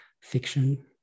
fiction